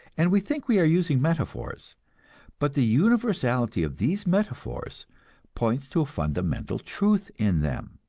and we think we are using metaphors but the universality of these metaphors points to a fundamental truth in them.